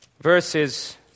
verses